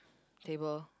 table